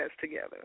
together